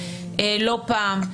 לא פעם,